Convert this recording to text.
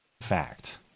fact